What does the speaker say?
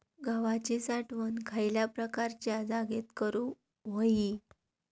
गव्हाची साठवण खयल्या प्रकारच्या जागेत करू होई?